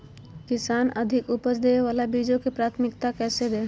किसान अधिक उपज देवे वाले बीजों के प्राथमिकता कैसे दे?